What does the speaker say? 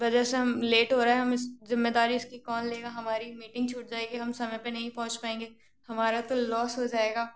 वजह से हम लेट हो रहे हैं हम इस ज़िम्मेदारी इसकी कौन लेगा हमारी मीटिंग छूट जाएगी हम समय पर नहीं पहुंच पाएंगे हमरा तो लौस हो जाएगा